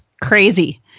crazy